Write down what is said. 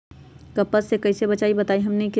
कपस से कईसे बचब बताई हमनी के?